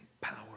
power